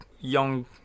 young